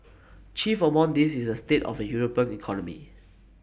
chief among these is the state of the european economy